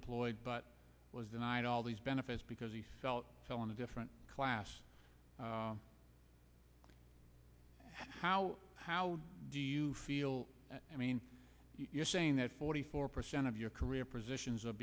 reemployed but was denied all these benefits because he felt telling a different class how how do you feel i mean you're saying that forty four percent of your career positions are